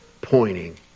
pointing